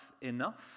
enough